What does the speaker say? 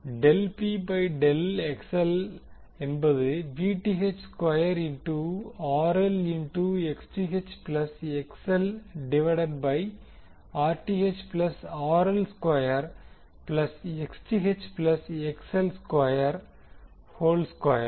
del P by del என்பது square into RL into plus divided by Rth plus RL square plus plus square whole square